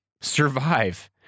survive